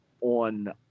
on